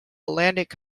atlantic